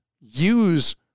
use